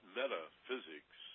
metaphysics